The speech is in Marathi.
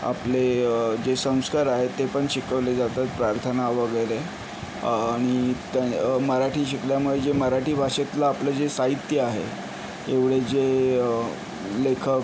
आपले जे संस्कार आहेत ते पण शिकवले जातात प्रार्थना वगैरे आणि मराठी शिकल्यामुळे जे मराठी भाषेतलं आपलं जे साहित्य आहे एवढे जे लेखक